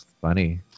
funny